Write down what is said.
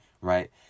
right